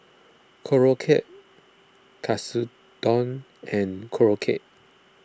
Korokke Katsudon and Korokke